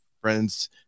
friends